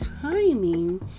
timing